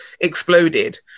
exploded